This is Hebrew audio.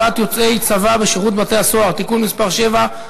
יוצאי צבא בשירות בתי-הסוהר) (תיקון מס' 7),